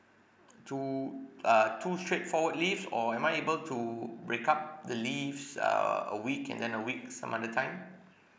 two uh two straightforward leaves or am I able to break up the leaves uh a week and then a week some other time